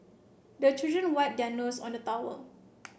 the children wipe their noses on the towel